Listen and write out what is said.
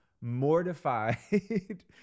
mortified